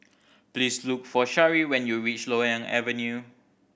please look for Shari when you reach Loyang Avenue